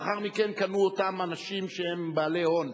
לאחר מכן קנו אותם אנשים בעלי הון.